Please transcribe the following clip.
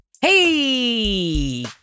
Hey